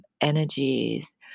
energies